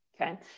okay